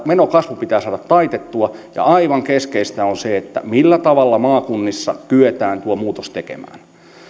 menokasvu pitää saada taitettua ja aivan keskeistä on se millä tavalla maakunnissa kyetään tuo muutos tekemään